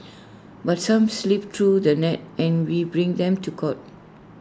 but some slip through the net and we bring them to court